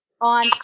on